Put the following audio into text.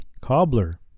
Cobbler